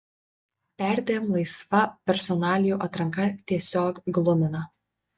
perdėm laisva personalijų atranka tiesiog glumina